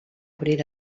obrir